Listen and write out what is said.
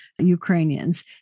Ukrainians